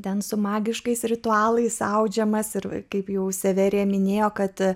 ten su magiškais ritualais audžiamas ir kaip jau severija minėjo kad